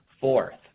Fourth